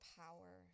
power